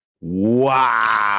wow